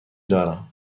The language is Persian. دارم